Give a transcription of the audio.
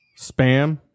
Spam